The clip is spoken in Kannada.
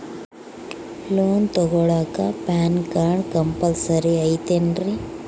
ಲೋನ್ ತೊಗೊಳ್ಳಾಕ ಪ್ಯಾನ್ ಕಾರ್ಡ್ ಕಂಪಲ್ಸರಿ ಐಯ್ತೇನ್ರಿ?